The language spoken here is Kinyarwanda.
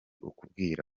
ukubwira